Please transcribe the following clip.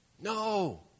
No